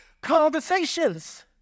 conversations